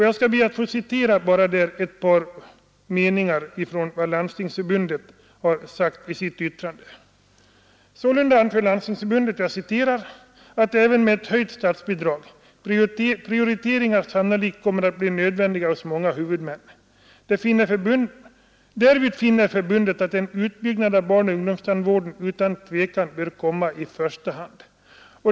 Jag skall be att få återge ett par meningar av vad Landstingsförbundet sagt i sitt yttrande. Landstingsförbundet framhåller att — även med ett höjt statsbidrag — prioriteringar sannolikt kommer att bli nödvändiga hos många huvudmän. Dävid finner förbundet ”att en utbyggnad av barnoch ungdomstandvården utan tvekan bör komma i första hand.